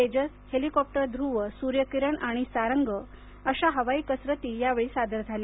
Tejas helicopter Dhruv Surya Kiran आणि सारंग अशा हवाई कसरती यावेळी सादर झाल्या